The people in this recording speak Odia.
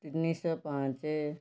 ତିନିଶହ ପାଞ୍ଚ